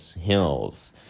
Hills